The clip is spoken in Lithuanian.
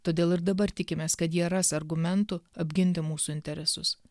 todėl ir dabar tikimės kad jie ras argumentų apginti mūsų interesus